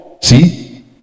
see